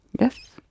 Yes